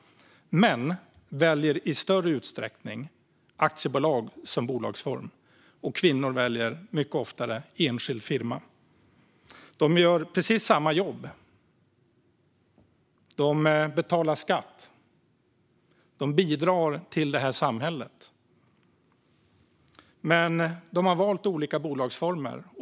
Män väljer i större utsträckning aktiebolag som bolagsform, medan kvinnor mycket oftare väljer enskild firma. De gör precis samma jobb. De betalar skatt och bidrar till samhället, men de har valt olika bolagsformer.